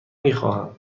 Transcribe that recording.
میخواهم